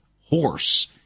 horse